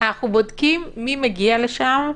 אנחנו בודקים מי מגיע לשם,